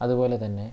അതുപോലെ തന്നെ